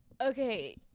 Okay